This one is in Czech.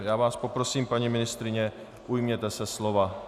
Já vás poprosím, paní ministryně, ujměte se slova.